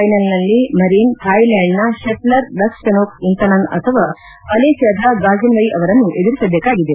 ೈನಲ್ನಲ್ಲಿ Marin ಥಾಯ್ಲ್ಯಾಂಡ್ನ shuttler Ratchanok Intanon ಅಥವಾ ಮಲೇಷಿಯಾದ ಗಾಜಿನ್ವ್ಯೆ ಅವರನ್ನು ಎದುರಿಸಬೇಕಾಗಿದೆ